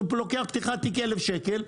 הוא לוקח פתיחת תיק 1,000 שקל,